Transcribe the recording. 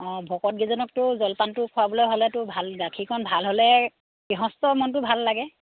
অঁ ভকতকেইজনকতো জলপানটো খোৱাবলৈ হ'লেতো ভাল গাখীৰকণ ভাল হ'লে গৃহস্থৰ মনটো ভাল লাগে